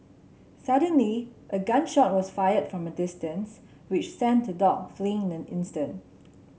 suddenly a gun shot was fired from a distance which sent the dog fleeing in an instant